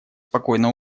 спокойно